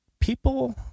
people